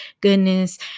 goodness